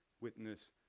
witness,